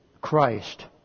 christ